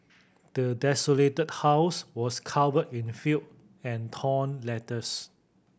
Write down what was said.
the desolated house was covered in filth and torn letters